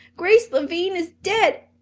grace lavine is dead,